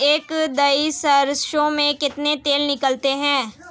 एक दही सरसों में कितना तेल निकलता है?